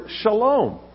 shalom